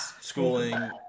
schooling